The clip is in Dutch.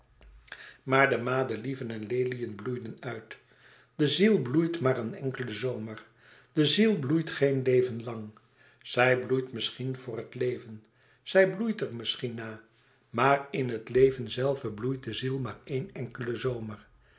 maar de madelieven en leliën bloeiden uit de ziel bloeit maar een enkelen zomer de ziel bloeit geen leven lang zij bloeit misschien vr het leven zij bloeit er misschien nà maar in het leven zelve bloeit de ziel maar één enkelen zomer